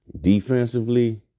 Defensively